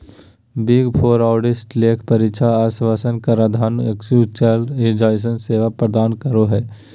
big four auditors लेखा परीक्षा आश्वाशन कराधान एक्चुरिअल जइसन सेवा प्रदान करो हय